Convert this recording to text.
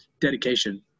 dedication